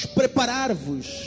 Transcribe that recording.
preparar-vos